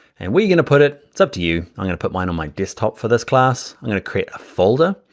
and where you're gonna put it, it's up to you. i'm gonna put mine on my desktop for this class, i'm gonna create a folder,